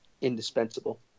indispensable